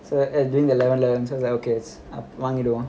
so as during the eleven eleven sale was like okay வாங்கிடுவான்:vaangiduvan